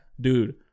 Dude